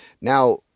Now